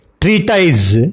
treatise